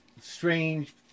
strange